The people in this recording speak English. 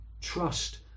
Trust